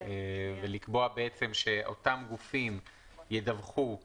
ולקבוע שאותם גופים ידווחו